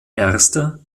erster